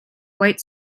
white